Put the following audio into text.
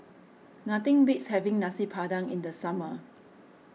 nothing beats having Nasi Padang in the summer